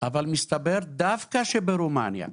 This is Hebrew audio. אבל מסתבר דווקא ברומניה,